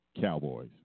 Cowboys